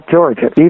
Georgia